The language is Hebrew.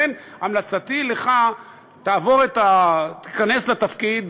לכן המלצתי לך: תיכנס לתפקיד,